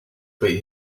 beat